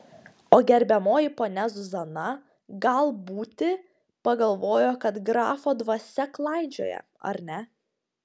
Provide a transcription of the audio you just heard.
o gerbiamoji ponia zuzana gal būti pagalvojo kad grafo dvasia klaidžioja ar ne